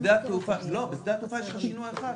בשדה התעופה יש לך שינוע אחד,